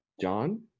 John